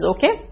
Okay